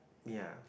ya